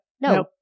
No